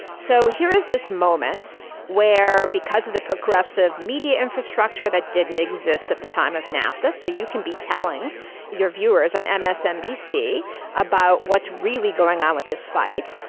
so here is this moment where because of the progressive media infrastructure that didn't exist at the time of nafta so you can be telling your viewers on msnbc about what's really going on with this fight,